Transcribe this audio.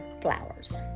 flowers